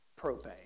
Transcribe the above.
Propane